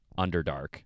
underdark